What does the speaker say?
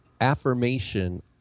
affirmation